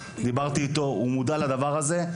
דיברתי איתו והוא מודע לדבר הזה.